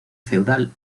feudal